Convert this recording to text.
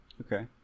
Okay